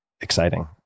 exciting